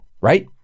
right